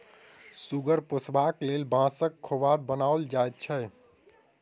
सुगर पोसबाक लेल बाँसक खोभार बनाओल जाइत छै